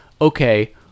okay